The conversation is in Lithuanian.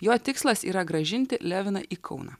jo tikslas yra grąžinti leviną į kauną